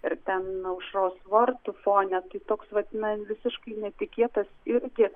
ir ten aušros vartų fone tai toks vat man visiškai netikėtas irgi